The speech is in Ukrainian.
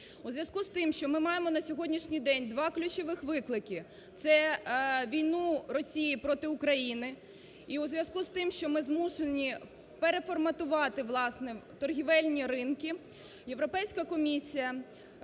У зв'язку з тим, що ми маємо на сьогоднішній день два ключових виклики, це війну Росії проти України, і у зв'язку з тим, що ми змушені переформатувати, власне, торгівельні ринки, Європейська комісія,